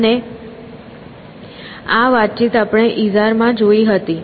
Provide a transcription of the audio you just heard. અને આ વાતચીત આપણે ઇઝાર માં જોઇ હતી